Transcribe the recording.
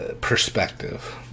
perspective